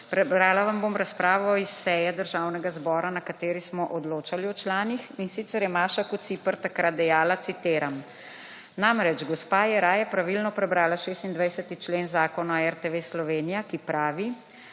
Prebrala vam bom razpravo iz seje Državnega zbora, na kateri smo odločali o članih. In sicer je Maša Kociper takrat dejala citiram: »Namreč gospa Jeraj je pravilno prebrala 26. člen Zakona o RTV Slovenija, ki pravi,